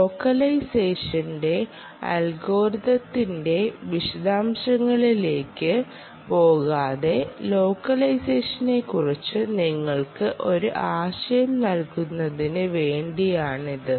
ലോക്കലൈസേഷന്റെ അൽഗോരിതത്തിന്റെ വിശദാംശങ്ങളിലേക്ക് പോകാതെ ലോക്കലൈസേഷനെ കുറിച്ച് നിങ്ങൾക്ക് ഒരു ആശയം നൽകുന്നതിന് വേണ്ടിയാണിത്